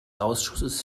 ausschusses